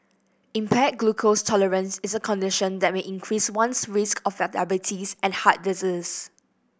impaired glucose tolerance is a condition that may increase one's risk of diabetes and heart disease